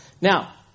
Now